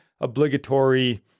obligatory